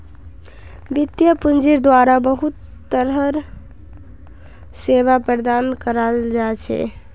वित्तीय पूंजिर द्वारा बहुत तरह र सेवा प्रदान कराल जा छे